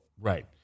Right